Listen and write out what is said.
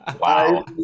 Wow